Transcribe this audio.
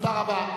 תודה רבה.